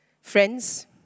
Friends